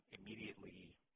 immediately